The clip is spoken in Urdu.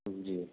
جی